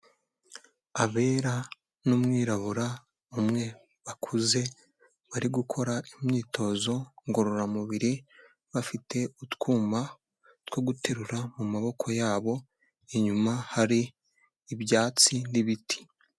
Abera n'umwirabura umwe bakuze bari gukora imyitozo ngororamubiri, bafite utwuma two guterura mu maboko yabo, inyuma hari ibyatsi n'ibiti.